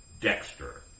dexter